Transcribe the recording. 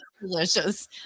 delicious